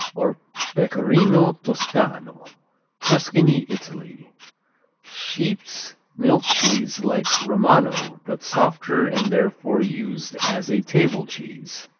or pecorino toscano tuscany, italy sheep's milk cheese like romano but softer, and therefore used as a table cheese.